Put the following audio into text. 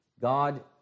God